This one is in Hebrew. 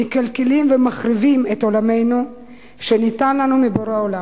מקלקלים ומחריבים את עולמנו שניתן לנו מבורא העולם,